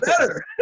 better